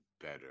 better